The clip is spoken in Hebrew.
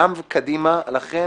גם קדימה, לכן